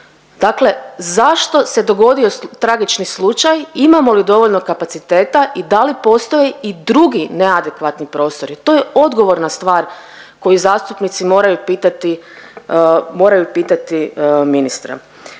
dakle zašto se dogodio tragični slučaj, imamo li dovoljno kapaciteta i da li postoji i drugi neadekvatni prostori? To je odgovorna stvar koju zastupnici moraju pitati, moraju